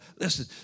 Listen